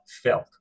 felt